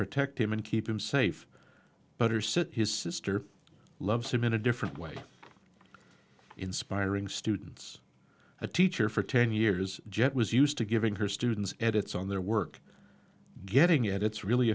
protect him and keep him safe but are set his sister loves him in a different way inspiring students a teacher for ten years jett was used to giving her students edits on their work getting it it's really